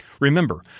Remember